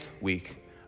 week